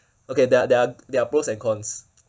okay there are there are there are pros and cons